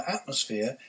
atmosphere